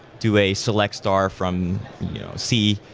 do a select star from c,